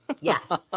Yes